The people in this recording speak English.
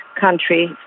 country